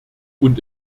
und